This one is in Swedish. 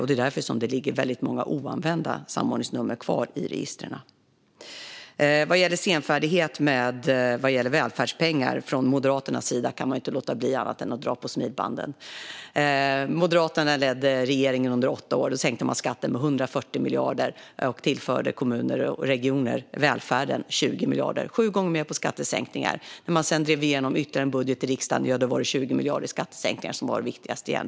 Det är därför det ligger väldigt många oanvända samordningsnummer kvar i registren. Vad gäller senfärdighet rörande välfärdspengar från Moderaternas sida kan man inte låta bli att dra på smilbanden. Moderaterna ledde regeringen under åtta år och sänkte skatten med 140 miljarder och tillförde kommuner och regioner, välfärden, 20 miljarder. Det var alltså sju gånger mer i skattesänkningar än vad man tillförde välfärden. När man sedan drev igenom ytterligare en budget i riksdagen var det 20 miljarder i skattesänkningar som var det viktigaste igen.